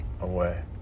away